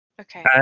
Okay